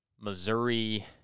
Missouri